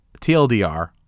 TLDR